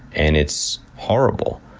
and it's horrible.